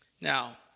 Now